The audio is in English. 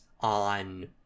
on